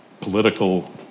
political